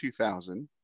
2000